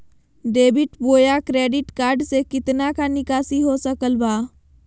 Debit बोया credit card से कितना का निकासी हो सकल बा?